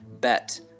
bet